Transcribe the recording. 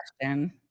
question